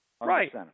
Right